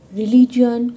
religion